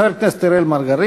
חבר הכנסת אראל מרגלית,